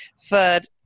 third